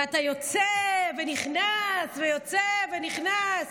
ואתה יוצא ונכנס ויוצא ונכנס.